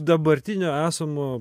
dabartinio esamo